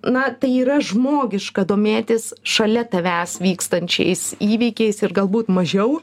na tai yra žmogiška domėtis šalia tavęs vykstančiais įvykiais ir galbūt mažiau